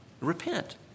repent